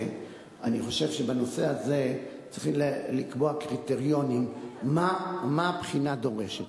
אני חושב שבנושא הזה צריכים לקבוע קריטריונים מה הבחינה דורשת.